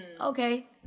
Okay